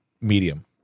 medium